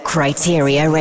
Criteria